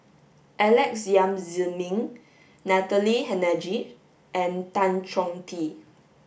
Alex Yam Ziming Natalie Hennedige and Tan Chong Tee